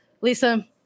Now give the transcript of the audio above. Lisa